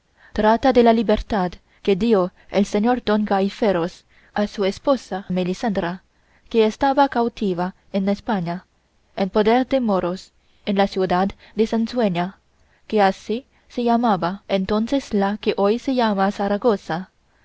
trata de la libertad que dio el señor don gaiferos a su esposa melisendra que estaba cautiva en españa en poder de moros en la ciudad de sansueña que así se llamaba entonces la que hoy se llama zaragoza